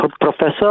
professor